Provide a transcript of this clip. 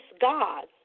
God